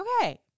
okay